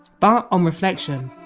but, on reflection,